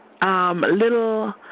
Little